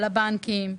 על הבנקים,